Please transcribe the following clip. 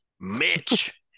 Mitch